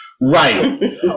Right